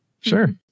Sure